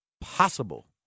possible